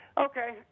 Okay